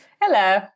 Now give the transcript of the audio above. Hello